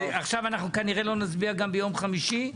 עכשיו אנחנו כנראה לא נצביע גם ביום חמישי,